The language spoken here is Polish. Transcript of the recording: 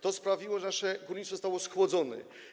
To sprawiło, że nasze górnictwo zostało schłodzone.